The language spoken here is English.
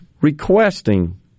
requesting